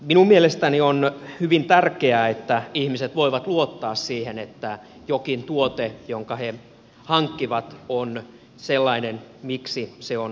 minun mielestäni on hyvin tärkeää että ihmiset voivat luottaa siihen että jokin tuote jonka he hankkivat on sellainen miksi se on luvattu